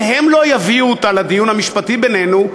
אם הם לא יביאו אותה לדיון המשפטי בינינו,